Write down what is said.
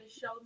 Show